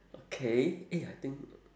okay eh I think